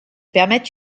permettent